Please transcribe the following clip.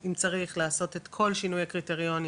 אם צריך לעשות את כל שינוי הקריטריונים,